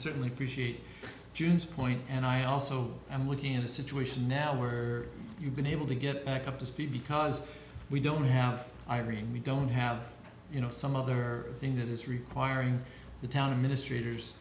certainly appreciate june's point and i also i'm looking at a situation now where you've been able to get back up to speed because we don't have irene we don't have you know some other thing that is requiring the town to minist